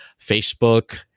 Facebook